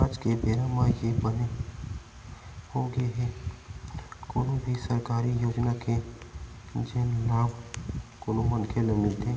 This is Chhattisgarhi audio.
आज के बेरा म ये बने होगे हे कोनो भी सरकारी योजना के जेन लाभ कोनो मनखे ल मिलथे